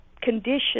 condition